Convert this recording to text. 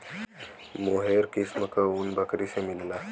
मोहेर किस्म क ऊन बकरी से मिलला